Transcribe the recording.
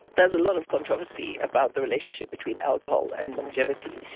there's a lot of controversy about the relationship between alcohol and longevity,